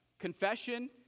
Confession